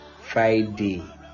Friday